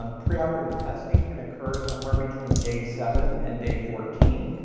um preoperative testing can occur somewhere between day seven and day fourteen.